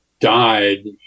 died